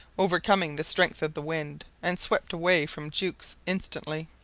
overcoming the strength of the wind, and swept away from jukes instantly.